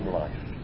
life